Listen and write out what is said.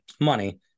money